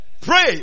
Pray